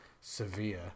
severe